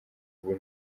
ubu